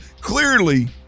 clearly